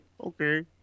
Okay